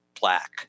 black